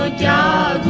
ah da